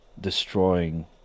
destroying